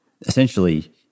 essentially